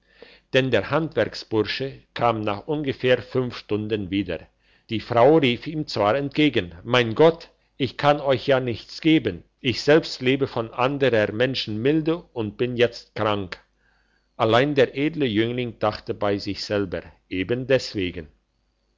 denn der handwerksbursche kam nach ungefähr fünf stunden wieder die frau rief ihm zwar entgegen mein gott ich kann euch ja nichts geben ich selbst lebe von anderer menschen milde und bin jetzt krank allein der edle jüngling dachte bei sich selber eben deswegen